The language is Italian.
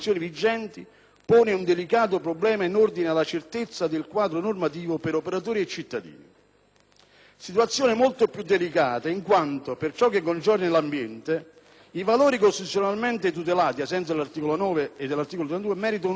pone un delicato problema in ordine alla certezza del quadro normativo per operatori e cittadini. La situazione è tanto più delicata in quanto, per ciò che concerne l'ambiente, i valori costituzionalmente tutelati ai sensi dell'articolo 9 e dell'articolo 32 meritano una tutela